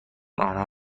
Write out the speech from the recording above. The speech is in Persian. آنها